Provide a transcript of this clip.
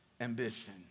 ambition